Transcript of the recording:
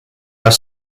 are